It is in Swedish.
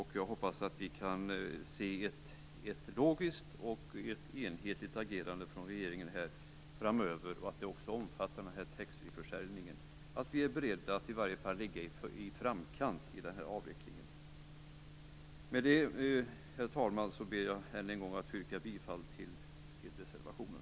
Jag hoppas att vi skall få se ett logiskt och enhetligt agerande från regeringen framöver och att det också omfattar taxfreeförsäljningen. Vi måste vara beredda att ligga i framkant i denna avveckling. Herr talman! Jag ber att än en gång få yrka bifall till reservationen.